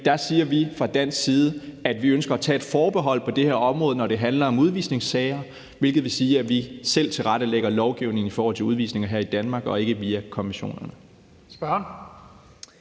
Der siger vi så fra dansk side, at vi ønsker at tage forbehold på det her område, når det handler om udvisningssager, hvilket vil sige, at vi selv tilrettelægger lovgivningen i forhold til udvisninger her i Danmark, og at det ikke gøres via konventionerne.